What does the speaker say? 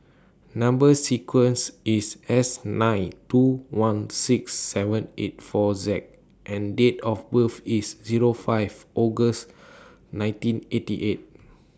Number sequence IS S nine two one six seven eight four Z and Date of birth IS Zero five August nineteen eighty eight